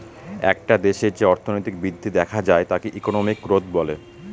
একটা দেশে যে অর্থনৈতিক বৃদ্ধি দেখা যায় তাকে ইকোনমিক গ্রোথ বলে